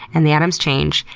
and the atoms change,